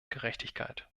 gerechtigkeit